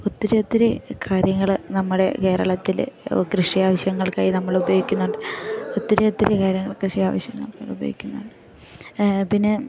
ഒത്തിരി ഒത്തിരി കാര്യങ്ങൾ നമ്മുടെ കേരളത്തിൽ കൃഷി ആവശ്യങ്ങൾക്കായി നമ്മൾ ഉപയോഗിക്കുന്നുണ്ട് ഒത്തിരി ഒത്തിരി കാര്യങ്ങൾ കൃഷി ആവശ്യങ്ങൾക്കുപയോഗിക്കുന്നുണ്ട് പിന്നെ